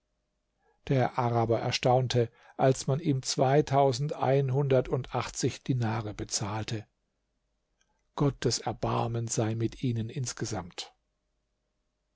der araber erstaunte als man ihm zweitausendeinhundertundachtzig dinare bezahlte gottes erbarmen sei mit ihnen insgesamt